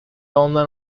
ondan